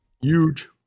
Huge